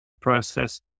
process